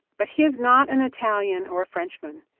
but he is not an italian or a french man.